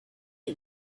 eat